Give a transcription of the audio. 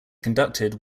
conducted